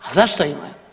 A zašto imaju?